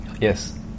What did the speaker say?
Yes